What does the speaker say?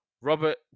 Robert